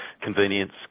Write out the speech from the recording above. convenience